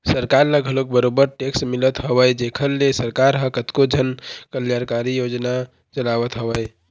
सरकार ल घलोक बरोबर टेक्स मिलत हवय जेखर ले सरकार ह कतको जन कल्यानकारी योजना चलावत हवय